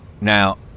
Now